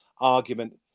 argument